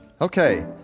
Okay